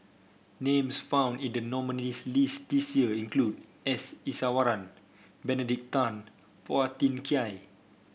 names found in the nominees' list this year include S Iswaran Benedict Tan Phua Thin Kiay